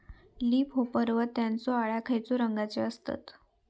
Leaf hopper व त्यानचो अळ्या खैचे रंगाचे असतत?